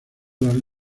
los